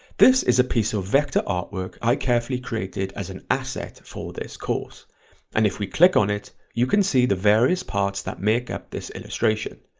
this is a piece of vector artwork i carefully created as an asset for this course and if we click on it you can see the various parts that make up this illustration.